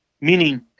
Meaning